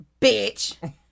bitch